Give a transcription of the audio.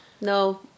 no